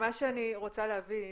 מה שאני רוצה להבין,